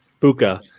buka